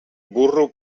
burro